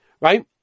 Right